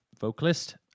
vocalist